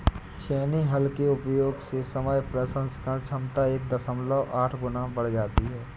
छेनी हल के उपयोग से समय प्रसंस्करण क्षमता एक दशमलव आठ गुना बढ़ जाती है